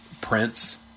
Prince